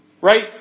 Right